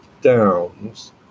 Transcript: Downs